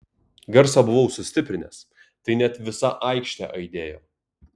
garsą buvau sustiprinęs tai net visa aikštė aidėjo